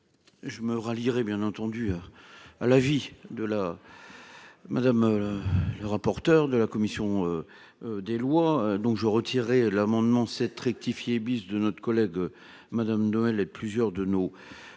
je me rallie re-bien entendu la vie de la madame le rapporteur de la commission des lois, donc je l'amendement 7 rectifié bis de notre collègue, Madame Noël et plusieurs de nos collègues,